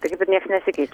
tai kaip ir niekas nesikeis